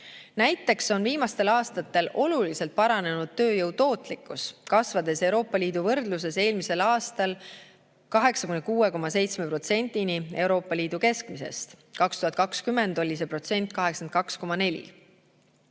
Näiteks on viimastel aastatel oluliselt paranenud tööjõu tootlikkus, kasvades Euroopa Liidu võrdluses eelmisel aastal 86,7%-ni Euroopa Liidu keskmisest. 2020. aastal oli see 82,4%.